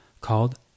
called